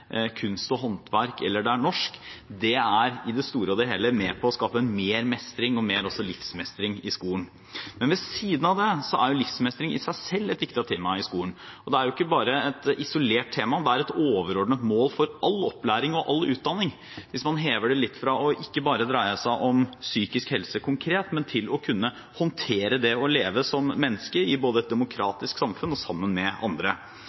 jo livsmestring i seg selv et viktig tema i skolen, og det er ikke bare et isolert tema. det er et overordnet mål for all opplæring og all utdanning hvis man hever det litt, fra ikke bare å dreie seg om psykisk helse konkret, men til å kunne håndtere det å leve som menneske i både et demokratisk samfunn og sammen med andre.